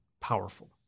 powerful